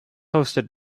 hosted